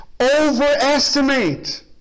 overestimate